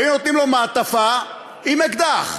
היו נותנים לו מעטפה עם אקדח?